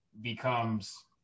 becomes